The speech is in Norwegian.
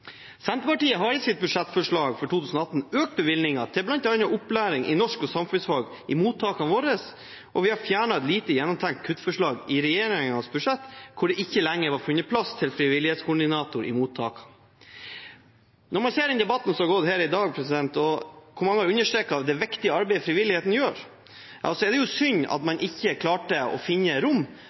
Senterpartiet har i sitt budsjettforslag for 2018 økt bevilgningene til bl.a. opplæring i norsk og samfunnsfag i mottakene våre, og vi har fjernet et lite gjennomtenkt kuttforslag i regjeringens budsjett, hvor det ikke lenger var funnet plass til frivillighetskoordinator i mottakene. Når man hører den debatten som har pågått her i dag, hvor mange har understreket det viktige arbeidet frivilligheten gjør, er det synd at man ikke klarte å finne rom